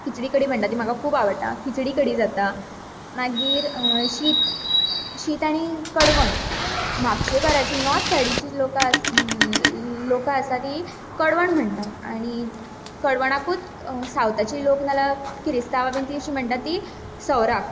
किचडी कडी म्हणटात ती म्हाका खूब आवडटा किचडी कडी जाता मागीर शीत शीत आनी कडवण म्हापशेकाराची नोर्थ सायडिची लोक आसा तीं कडवण म्हणटात आनी कडवणाकूच सावथाची लेक ना जाल्यार क्रिस्तांव बी म्हणटात सवराक